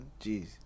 Jeez